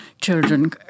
children